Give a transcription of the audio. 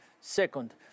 Second